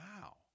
Wow